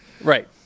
Right